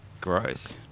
Gross